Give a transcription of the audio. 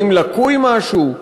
האם לקוי משהו?